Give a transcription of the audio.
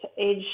age